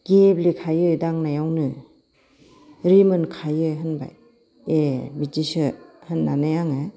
गेब्लेखायो दांनायावनो रिमोनखायो होनबाय ए बिदिसो होन्नानै आङो